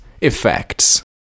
Effects